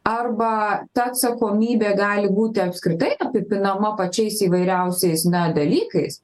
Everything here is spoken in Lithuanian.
arba ta atsakomybė gali būti apskritai apipinama pačiais įvairiausiais dalykais